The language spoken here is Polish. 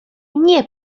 nie